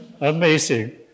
Amazing